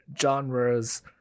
genres